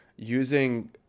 Using